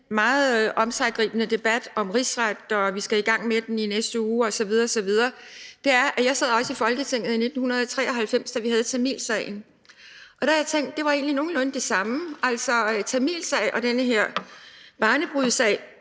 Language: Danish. meget omsiggribende debat om rigsret, som vi skal i gang med i næste uge, osv., er, at jeg også sad i Folketinget i 1993, da vi havde tamilsagen. Der har jeg tænkt, at det egentlig er nogenlunde det samme, for tamilsagen og den her barnebrudssag